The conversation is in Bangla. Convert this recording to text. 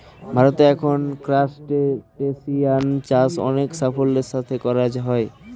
ভারতে এখন ক্রাসটেসিয়ান চাষ অনেক সাফল্যের সাথে করা হয়